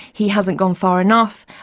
he hasn't gone far enough.